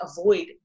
avoid